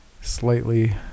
slightly